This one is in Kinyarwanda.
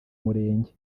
murenge